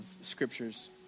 scriptures